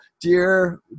dear